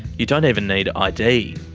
you don't even need id.